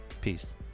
Peace